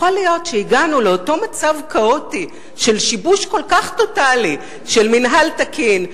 יכול להיות שהגענו לאותו מצב כאוטי של שיבוש כל כך טוטלי של מינהל תקין,